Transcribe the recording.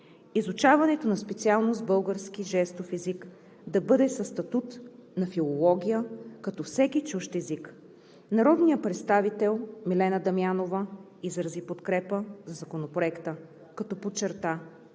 Изучаването на специалност „Български жестов език“ да бъде със статут на филология като всеки чужд език. Народният представител Милена Дамянова изрази подкрепа за Законопроекта, като подчерта,